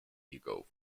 ego